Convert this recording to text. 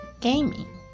gaming